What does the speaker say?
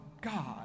God